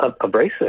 abrasive